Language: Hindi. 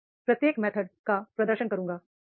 मैं प्रत्येक मेथड का प्रदर्शन करूंगा